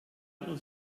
unter